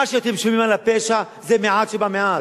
מה שאתם שומעים על הפשע זה מעט שבמעט.